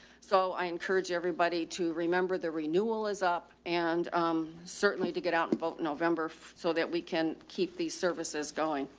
so i encourage encourage everybody to remember the renewal is up and, um, certainly to get out and vote november so that we can keep these services going.